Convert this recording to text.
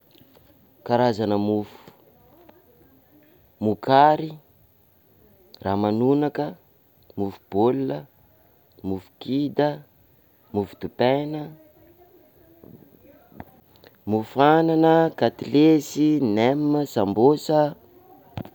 Karazana mofo: mokary, ramanonaka, mofo baolina, mofo kida, mofo dipaina, mofo anana, katilesy, nem, sambosa.